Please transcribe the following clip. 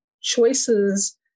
choices